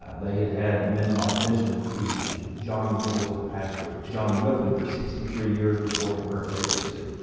ah they had had men like benjamin keach and john gill as their pastor, john rippon for sixty three years before the current vacancy.